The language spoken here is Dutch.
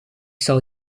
zal